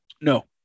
No